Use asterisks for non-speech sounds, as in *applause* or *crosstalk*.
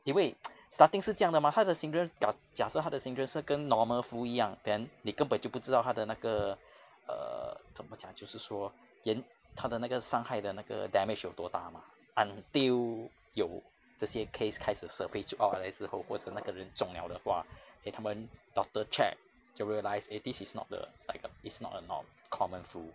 因为 *noise* starting 是这样的 mah 它的 syndro~ 假设它的 syndrome 是跟 normal flu 一样 then 你根本就不知道它的那个 err 怎么讲就是说严它的那个伤害的那个 damage 有多大 mah until 有这些 case 开始 surface 就 more or less 之后或者那个人中 liao 的话给他们 doctor check 就 realize eh this is not the like a is not a norm~ common flu